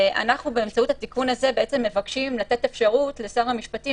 אנחנו מבקשים באמצעות התיקון הזה לאפשר לשר המשפטים